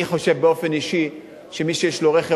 אני באופן אישי חושב שמי שיש לו רכב,